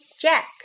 Jack